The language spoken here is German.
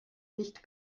nicht